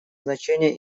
значение